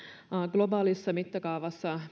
globaalissa mittakaavassa